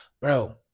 Bro